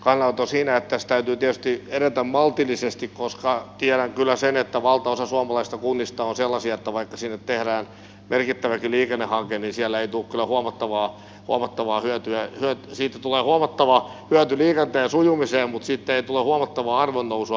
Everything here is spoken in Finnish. kannanoton siinä että tässä täytyy tietysti edetä maltillisesti koska tiedän kyllä sen että valtaosa suomalaisista kunnista on sellaisia että vaikka sinne tehdään merkittävä eli tämä on pieni siellä istuu merkittäväkin liikennehanke niin siitä tulee kyllä huomattava hyöty liikenteen sujumiseen mutta siitä ei tule huomattavaa arvonnousua kenellekään